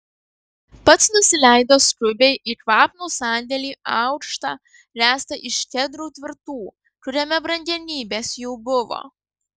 pats nusileido skubiai į kvapnų sandėlį aukštą ręstą iš kedrų tvirtų kuriame brangenybės jų buvo